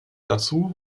dazu